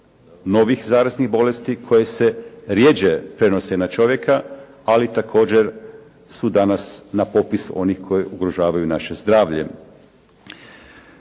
novih zaraznih bolesti koje se rjeđe prenose na čovjeka, ali također su danas na popisu onih koji ugrožavaju naše zdravlje.